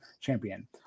champion